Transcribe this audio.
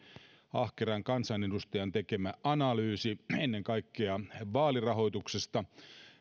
ahkeran kansanedustajan tekemä analyysi ennen kaikkea vaalirahoituksesta